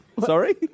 Sorry